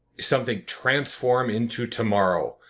something transform into tomorrow.